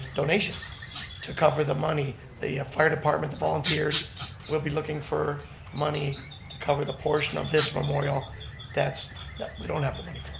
donations to cover the money that the fire department volunteers will be looking for money to cover the portion of this memorial that's we don't have the money for.